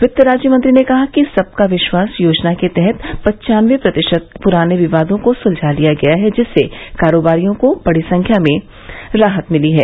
वित्त राज्यमंत्री ने कहा कि सबका विश्वास योजनाके तहत पन्चानबे प्रतिशत प्राने विवादों को सुलझा लिया गया है जिससे कारोबारियों को बड़ी राहत मिली है